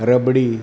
rabri